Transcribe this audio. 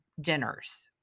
dinners